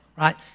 Right